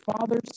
fathers